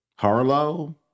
Harlow